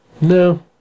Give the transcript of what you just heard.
No